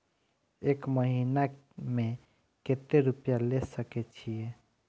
एक महीना में केते रूपया ले सके छिए?